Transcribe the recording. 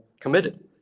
committed